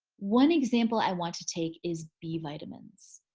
one example i want to take is b vitamins.